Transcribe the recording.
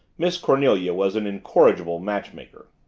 miss cornelia was an incorrigible matchmaker.